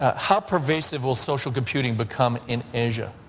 how pervasive will social computing become in asia?